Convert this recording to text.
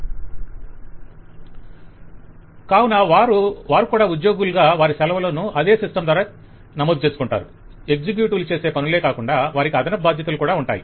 vendor కావున వారు కూడా ఉద్యోగులుగా వారి సెలవులను కూడా అదే సిస్టం ద్వారా చేసుకుంటారు ఎక్సెక్యుటివ్ లు చేసే పనులే కాకుండా వారికి అదనపు బాధ్యతలు కూడా ఉంటాయి